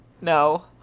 No